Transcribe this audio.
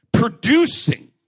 Producing